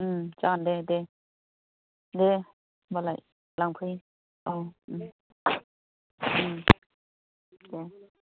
जागोन दे दे दे होमबालाय लांफै औ ओम ओम दे